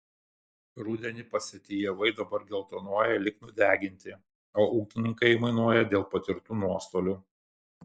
rudenį pasėti javai dabar geltonuoja lyg nudeginti o ūkininkai aimanuoja dėl patirtų nuostolių